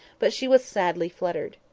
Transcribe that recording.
but she was sadly fluttered.